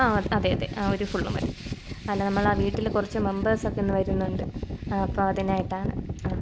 ആ അതെ അതെ ആ ഒരു ഫുള്ള് മതി അല്ല നമ്മുടെ വീട്ടിൽ കുറച്ച് മെബേഴ്സ് ഒക്കെ ഇന്നു വരുന്നുണ്ട് അപ്പം അതിനായിട്ടാണ് ആ